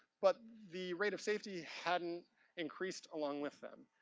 but the rate of safety hadn't increased along with them.